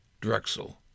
Drexel